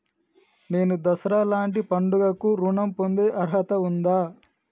నేను దసరా లాంటి పండుగ కు ఋణం పొందే అర్హత ఉందా?